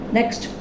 Next